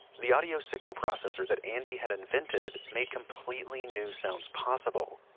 the audio signal processor that andy had invented made completely new sounds possible.